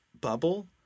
bubble